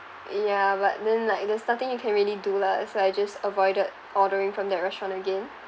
ya but then like there's nothing you can really do lah so I just avoided ordering from that restaurant again